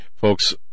Folks